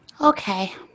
Okay